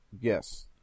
Yes